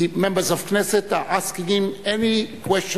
The Members of Knesset are asking him any question